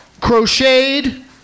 crocheted